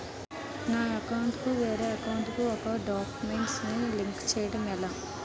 నా అకౌంట్ కు వేరే అకౌంట్ ఒక గడాక్యుమెంట్స్ ను లింక్ చేయడం ఎలా?